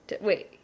Wait